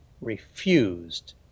refused